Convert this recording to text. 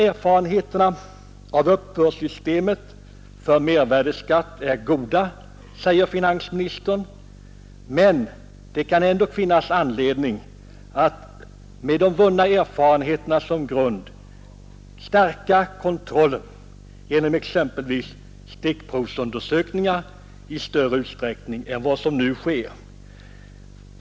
Erfarenheterna av uppbördssystemet för mervärdeskatten är goda, säger finansministern, men det kan ändå finnas anledning att med de vunna erfarenheterna som grund stärka kontrollen genom exempelvis stickprovsundersöningar i större utsträckning än vad som nu sker.